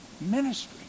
Ministry